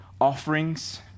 offerings